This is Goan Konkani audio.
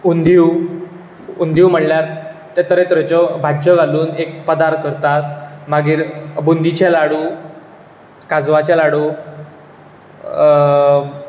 उंदीव उंदीव म्हणल्यार ते तरेतरेच्यो ते भाज्जो घालून पदार्थ करतात मागीर बुंदीचे लाडू काजवाचे लाडू